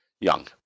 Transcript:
young